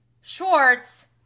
schwartz